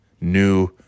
new